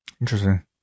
interesting